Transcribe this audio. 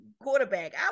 quarterback